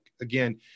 again